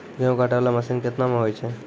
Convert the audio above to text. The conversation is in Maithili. गेहूँ काटै वाला मसीन केतना मे होय छै?